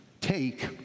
Take